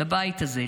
לבית הזה,